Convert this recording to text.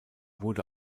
wurde